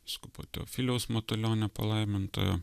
vyskupo teofiliaus matulionio palaimintojo